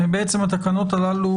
בעצם תוקפן של התקנות הללו